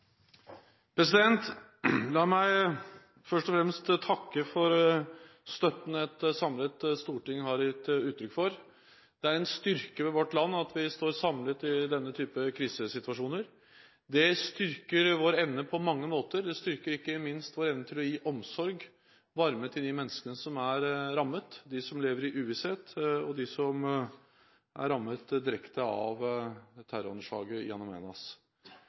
La meg først og fremst takke for støtten et samlet storting har gitt uttrykk for. Det er en styrke ved vårt land at vi står samlet i denne type krisesituasjoner. Det styrker vår evne på mange måter. Det styrker ikke minst vår evne til å gi omsorg og varme til de menneskene som er rammet, de som lever i uvisshet, og de som er rammet direkte av